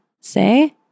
say